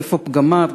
איפה פגמיו.